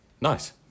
Nice